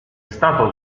stato